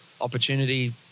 opportunity